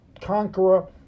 conqueror